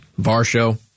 Varsho